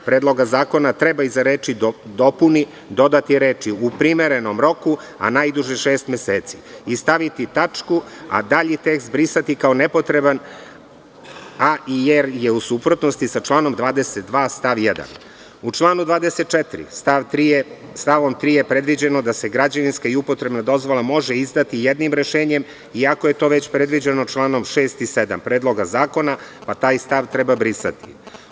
Predloga zakona treba iza reči: „dopuni“ dodati reči: „u primernom roku, a najduže šest meseci“ i staviti tačku, a dalji tekst brisati kao nepotreban jer je u suprotnosti sa članom 22. stav 1. U članu 24. stavom 3. je predviđeno da se građevinska i upotrebna dozvola može izdati jednim rešenjem, iako je to već predviđeno članom 6. i 7. Predloga zakona, pa taj stav treba brisati.